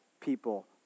people